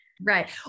Right